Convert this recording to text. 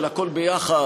של הכול ביחד,